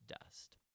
dust